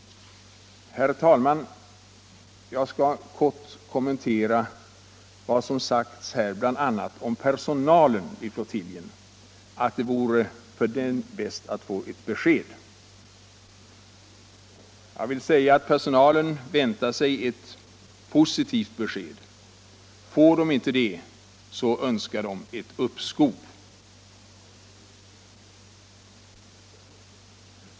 Herr talman! Jag skall kort kommentera vad som sagts här bl.a. om personalen vid flottiljen, nämligen att det för den vore bäst att få ett besked. Personalen förväntar sig ett positivt besked. Får den inte det, önskar den ett uppskov.